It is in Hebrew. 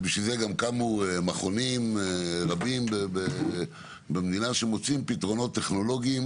ובשביל זה גם קמו מכונים במדינה שמוצאים פתרונות טכנולוגיים